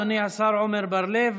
אדוני השר עמר בר לב,